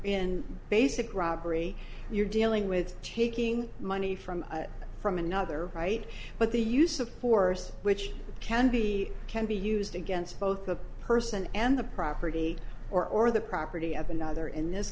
in basic robbery you're dealing with taking money from from another right but the use of force which can be can be used against both the person and the property or or the property of another in this